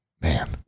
Man